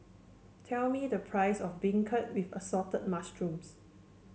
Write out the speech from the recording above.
tell me the price of beancurd with Assorted Mushrooms